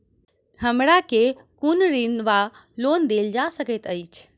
हमरा केँ कुन ऋण वा लोन देल जा सकैत अछि?